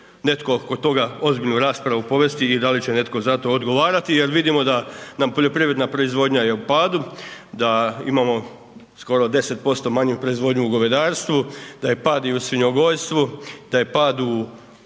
netko oko toga ozbiljnu raspravu povesti i da li će netko za to odgovarati jer vidimo da nam poljoprivredna proizvodnja je u padu, da imamo skoro 10% manju proizvodnju u govedarstvu, da je u svinjogojstvu da je pad kod većine